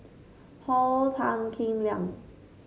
Paul Tan Kim Liang